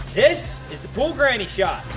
this is the pool granny shot.